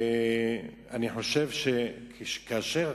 אני חושב שכאשר